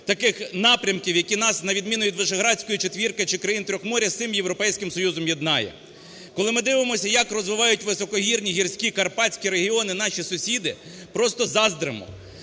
таких напрямків, які нас, на відміну від Вишеградської четвірки чи країн "Тримор'я", з цим Європейським Союзом єднає. Коли ми дивимося, як розвивають високогірні гірські карпатські регіони наші сусіди, просто заздримо,